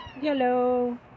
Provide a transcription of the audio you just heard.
Hello